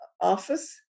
office